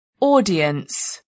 audience